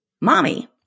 Mommy